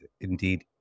indeed